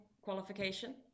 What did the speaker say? qualification